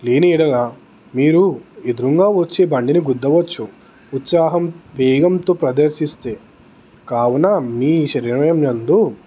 లేనియెడల మీరు ఎదురుగా వచ్చే బండిని గుద్దవచ్చు ఉత్సాహం వేగంతో ప్రదర్శిస్తే కావున మీ శరీరం నందు